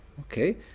Okay